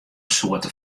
soarte